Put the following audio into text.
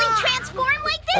transform like this?